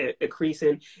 increasing